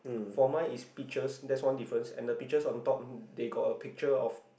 for mine it's peaches that's one difference and the peaches on top they got a picture of